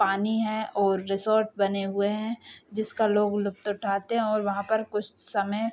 पानी है ओर रिसॉर्ट बने हुए हैं जिसका लोग लुफ़्त उठाते हैं और वहाँ पर कुछ समय